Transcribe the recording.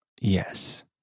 Yes